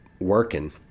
working